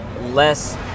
less